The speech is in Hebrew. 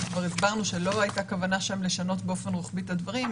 הסברנו כבר שלא הייתה כוונה שם לשנות באופן רוחבי את הדברים,